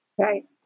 Right